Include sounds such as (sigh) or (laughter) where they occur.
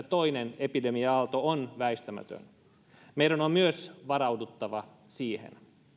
(unintelligible) toinen epidemia aalto on väistämätön meidän on varauduttava myös siihen